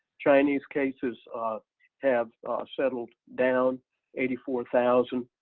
chinese cases have settled down eighty four thousand,